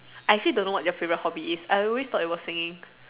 I still don't know what their favourite hobby is I always thought it was singing